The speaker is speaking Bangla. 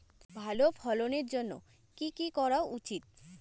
ভালো ফলনের জন্য কি কি করা উচিৎ?